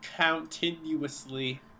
continuously